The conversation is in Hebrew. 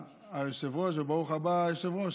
היושב-ראש, וברוך הבא, היושב-ראש.